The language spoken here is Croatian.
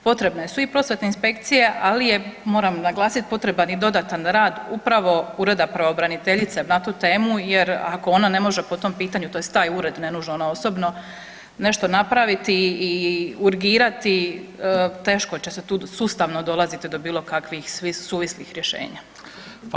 Potrebne su i prosvjetne inspekcije, ali je moram naglasiti potreban i dodatan rad upravo Ureda pravobraniteljice na tu temu jer ako ona ne može po tom pitanju tj. taj ured, ne nužno ona osobno nešto napraviti i urgirati teškoće se tu sustavno dolaziti do bilo kakvih suvislih rješenja.